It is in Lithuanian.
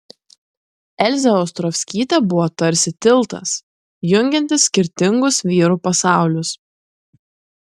elzė ostrovskytė buvo tarsi tiltas jungiantis skirtingus vyrų pasaulius